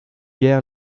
guère